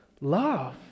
Love